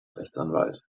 rechtsanwalt